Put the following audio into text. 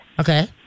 Okay